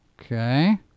Okay